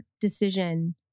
decision